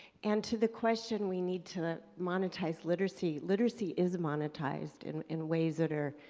and to the question we need to monetize literacy, literacy is monetized in in ways that are